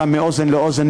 מאוזן לאוזן,